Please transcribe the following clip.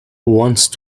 once